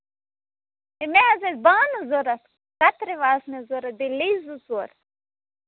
تہٕ مےٚ حظ ٲسۍ بانہٕ ضوٚرَتھ کَترِ آسنَس ضوٚرَتھ بیٚیہِ لیٚج ژور